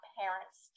parents